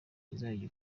izajya